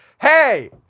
Hey